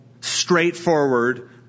straightforward